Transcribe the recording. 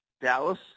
Dallas